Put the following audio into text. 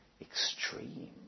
extreme